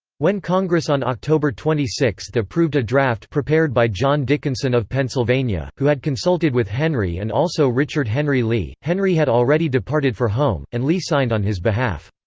when congress on october twenty six approved a draft prepared by john dickinson of pennsylvania, who had consulted with henry and also richard henry lee, henry had already departed for home, and lee signed on his behalf.